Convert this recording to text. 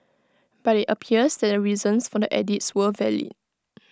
but IT appears that the reasons for the edits were valid